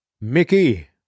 Mickey